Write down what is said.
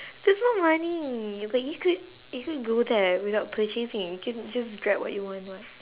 that's not money you can you could you could go there without purchasing you can just grab what you want [what]